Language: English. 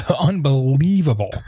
unbelievable